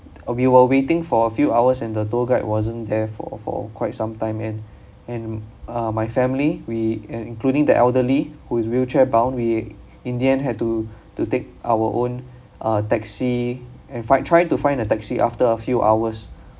we were waiting for a few hours and the tour guide wasn't there for for quite some time and and uh my family we including the elderly who is wheelchair bound we in the end had to to take our own uh taxi and fi~ trying to find a taxi after a few hours